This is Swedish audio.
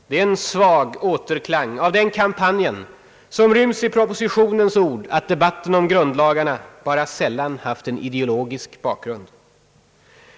Det är en svag återklang av den kampanjen som ryms i propositionens ord att debatten om grundlagarna »mera sällan haft en ideologisk bakgrund».